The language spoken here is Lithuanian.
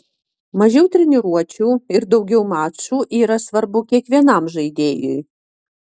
mažiau treniruočių ir daugiau mačų yra svarbu kiekvienam žaidėjui